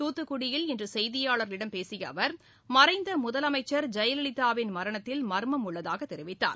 தூத்துக்குடியில் இன்று செய்தியாளர்களிடம் பேசிய அவர் மறைந்த முதலமைச்சர் ஜெயலலிதாவின் மரணத்தில் மர்மம் உள்ளதாக தெரிவித்தார்